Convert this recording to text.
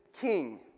king